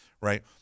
right